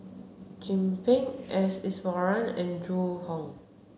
Chin Peng S Iswaran and Zhu Hong